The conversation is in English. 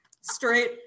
Straight